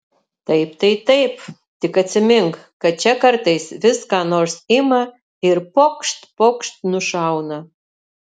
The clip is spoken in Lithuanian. taip tai taip tik atsimink kad čia kartais vis ką nors ima ir pokšt pokšt nušauna